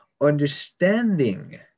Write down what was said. Understanding